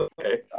Okay